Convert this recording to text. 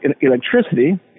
electricity